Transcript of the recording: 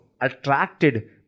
attracted